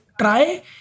try